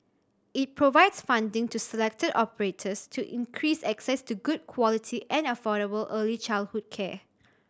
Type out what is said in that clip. it provides funding to selected operators to increase access to good quality and affordable early childhood care